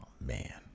Man